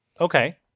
Okay